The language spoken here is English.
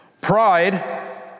Pride